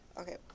Okay